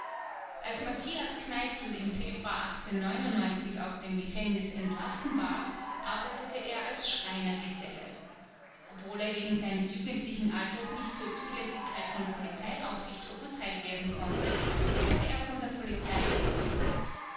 als matthias kneißl im februar aus dem gefängnis entlassen war arbeitete er als schreinergeselle obwohl er wegen seines jugendlichen alters nicht zur zulässigkeit von polizeiaufsicht verurteilt werden konnte wurde er von der polizei beobachtet